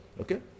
Okay